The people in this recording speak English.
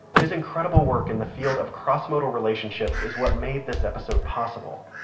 his incredible work in the field of crossmodal relationships is what made this episode possible.